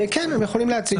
הם יכולים להציג.